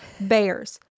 bears